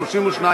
32,